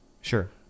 Sure